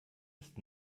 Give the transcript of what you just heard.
ist